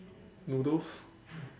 noodles